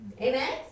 Amen